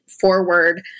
forward